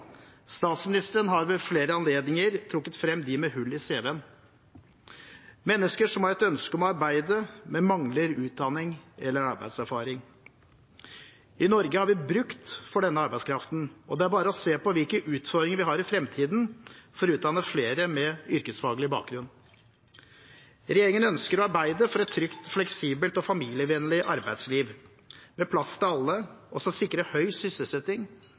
Statsministeren har ved flere anledninger trukket frem dem med hull i cv-en – mennesker som har et ønske om å arbeide, men som mangler utdanning eller arbeidserfaring. I Norge har vi bruk for denne arbeidskraften, det er bare å se på hvilke utfordringer vi har i fremtiden når det gjelder å utdanne flere innenfor yrkesfag. Regjeringen ønsker å arbeide for et trygt, fleksibelt og familievennlig arbeidsliv med plass til alle, og som sikrer høy sysselsetting